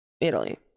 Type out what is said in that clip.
Italy